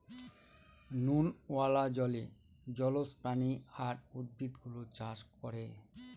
নুনওয়ালা জলে জলজ প্রাণী আর উদ্ভিদ গুলো চাষ করে